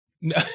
No